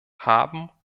haben